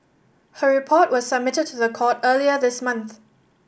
her report was submitted to the court earlier this month